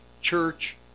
church